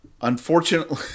Unfortunately